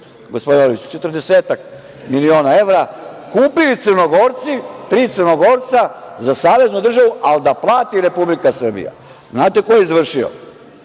četrdesetak miliona evra. Kupili Crnogorci, tri Crnogorca za saveznu državu, ali da plati Republika Srbija. Znate ko je izvršio